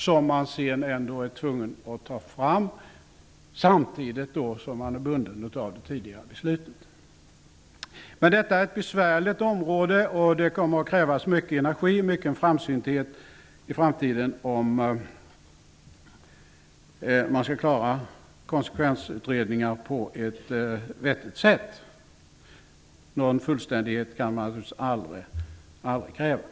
Man är sedan ändå tvungen att ta fram ett ordentligt beslutsunderlag, samtidigt som man är bunden av det tidigare beslutet. Detta är ett besvärligt område, och det kommer att krävas mycken energi och mycken framsynthet i framtiden om man skall klara konsekvensutredningar på ett vettigt sätt. Någon fullständighet kan man naturligtivs aldrig kräva.